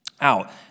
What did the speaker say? out